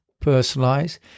Personalize